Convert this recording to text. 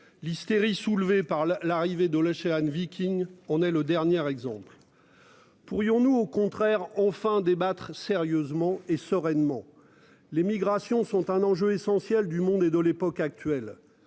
l'hystérie soulevée par la l'arrivée de la. Viking. On est le dernier exemple. Pourrions-nous au contraire enfin débattre sérieusement et sereinement. Les migrations sont un enjeu essentiel du monde et de l'époque actuelle.